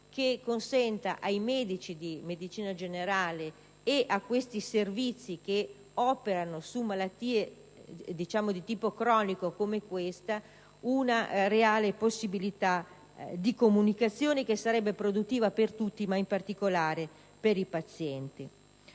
che consenta ai medici di medicina generale ed a tutti gli operatori dei servizi che riguardano malattie di tipo cronico come questa, una reale possibilità di comunicazione, che sarebbe produttiva per tutti, ma in particolare per i pazienti.